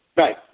Right